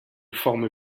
forme